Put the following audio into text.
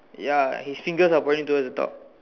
ya his fingers are pointing towards the top